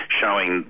showing